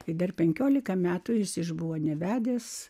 kai dar penkiolika metų jis išbuvo nevedęs